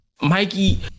Mikey